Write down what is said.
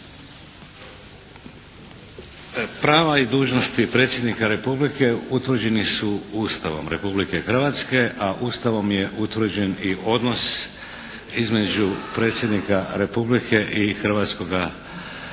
Prava i dužnosti Predsjednika Republike utvrđeni su Ustavom Republike Hrvatske, a Ustavom je utvrđen i odnos između Predsjednika Republike i Hrvatskoga sabora